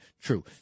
True